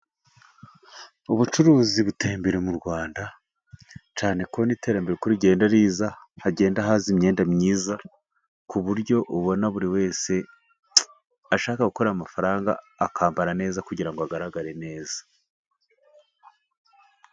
Ubucuruzi buteye imbera mu Rwanda, cyane ko n'iterambere uko rigenda riza hagenda haza imyenda myiza, ku buryo ubona buri wese ashaka gukorera amafaranga akambara neza, kugira ngo agaragare neza.